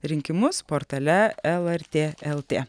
rinkimus portale lrt lt